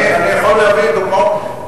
אני יכול להביא דוגמאות.